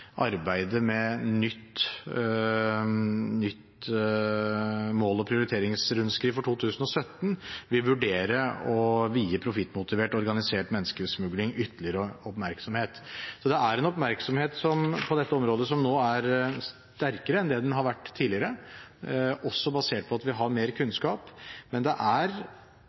arbeidet med nytt mål- og prioriteringsrundskriv for 2017 vil vurdere å vie profittmotivert, organisert menneskesmugling ytterligere oppmerksomhet. Så det er en oppmerksomhet på dette området som nå er sterkere enn det den har vært tidligere, også basert på at vi har mer kunnskap. Men den kanskje mest krevende siden ved dette er